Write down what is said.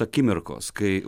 akimirkos kai